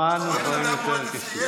שמענו דברים יותר קשים.